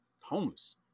homeless